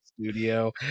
Studio